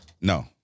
No